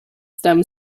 stem